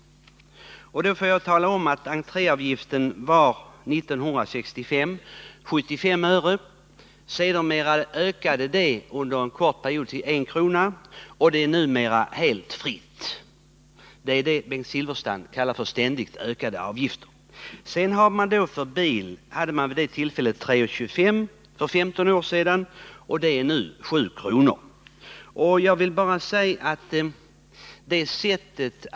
Då vill jag tala om att entréavgiften 1965 var 75 öre. Sedermera ökade den till 1 kr., och numera är det helt avgiftsfritt. Det är det Bengt Silfverstrand kallar ständigt stigande avgifter. Avgiften för bil var för 15 år sedan 3:25 kr., och nu är den 7 kr.